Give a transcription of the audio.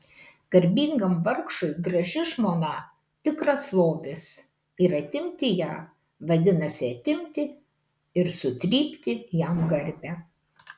garbingam vargšui graži žmona tikras lobis ir atimti ją vadinasi atimti ir sutrypti jam garbę